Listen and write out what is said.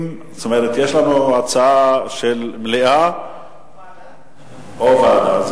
יש לנו הצעה למליאה או ועדה,